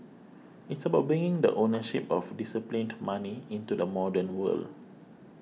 it's about bringing the ownership of disciplined money into the modern world